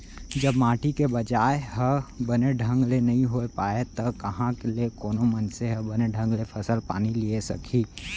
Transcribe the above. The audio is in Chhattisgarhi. जब माटी के बचाय ह बने ढंग ले नइ होय पाही त कहॉं ले कोनो मनसे ह बने ढंग ले फसल पानी लिये सकही